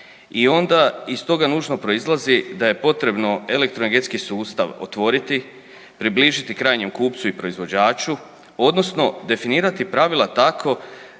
i onda iz toga nužno proizlazi da je potrebno elektroenergetski sustav otvoriti i približiti krajnjem kupcu i proizvođaču odnosno definirati pravila tako